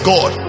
God